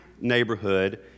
neighborhood